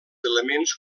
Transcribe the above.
elements